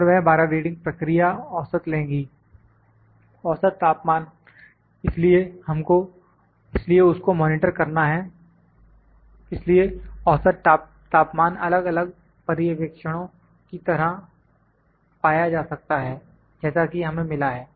और वह 12 रीडिंग प्रक्रिया औसत लेंगी औसत तापमान इसलिए उसको मॉनिटर करना है इसलिए औसत तापमान अलग अलग पर्यवेक्षणों की तरह पाया जा सकता है जैसा कि हमें मिला है